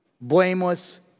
blameless